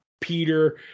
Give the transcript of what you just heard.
Peter